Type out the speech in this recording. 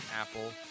Apple